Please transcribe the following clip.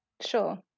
sure